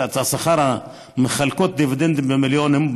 מחלקות דיבידנדים במיליונים,